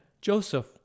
Joseph